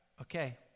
Okay